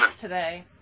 today